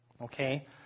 Okay